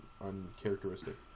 uncharacteristic